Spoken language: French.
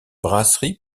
brasserie